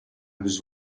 was